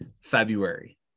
February